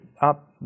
up